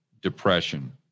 Depression